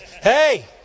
Hey